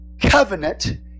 Covenant